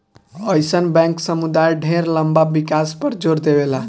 अइसन बैंक समुदाय ढेर लंबा विकास पर जोर देवेला